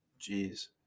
jeez